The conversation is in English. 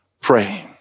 praying